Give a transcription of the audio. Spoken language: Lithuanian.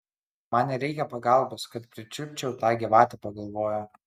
man nereikia pagalbos kad pričiupčiau tą gyvatę pagalvojo